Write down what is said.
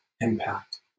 impact